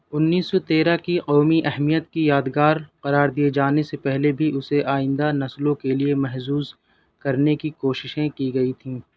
اُنیس سو تیرہ کی قومی اہمیت کی یادگار قرار دیے جانے سے پہلے بھی اُسے آئندہ نسلوں کے لیے محفوظ کرنے کی کوششیں کی گئی تھیں